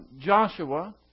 Joshua